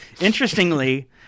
Interestingly